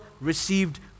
received